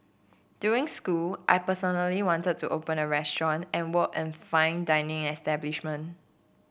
during school I personally wanted to open a restaurant and work in fine dining establishment